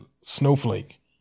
snowflake